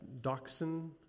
dachshund